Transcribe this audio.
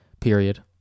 period